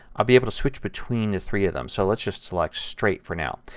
i'll be able to switch between the three of them. so let's just select straight for now.